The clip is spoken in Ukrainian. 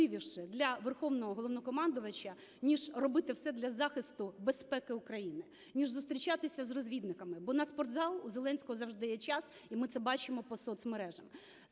важливіше для Верховного Головнокомандувача, ніж робити все для захисту, безпеки України, ніж зустрічатися з розвідниками? Бо на спортзал у Зеленського завжди є час, і ми це бачимо по соцмережах.